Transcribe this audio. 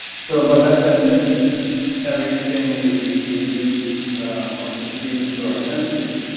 so by that definition everything we see or perceive through our senses,